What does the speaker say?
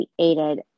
created